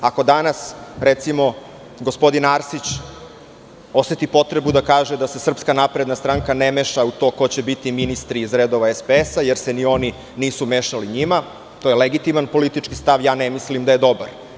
Ako danas, recimo, gospodin Arsić oseti potrebu da kaže da se SNS ne meša u to ko će biti ministri iz redova SPS, jer se ni oni nisu mešali njima, to je legitiman politički stav, ja ne mislim da je dobar.